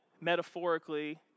metaphorically